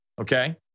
okay